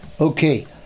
Okay